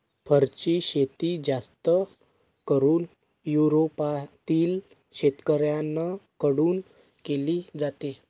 फरची शेती जास्त करून युरोपातील शेतकऱ्यांन कडून केली जाते